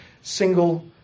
single